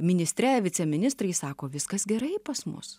ministre viceministrai sako viskas gerai pas mus